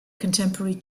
contemporary